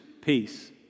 peace